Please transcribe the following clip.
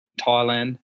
Thailand